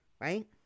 right